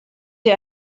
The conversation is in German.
sie